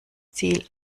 ziel